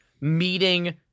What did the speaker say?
meeting